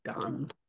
done